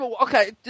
Okay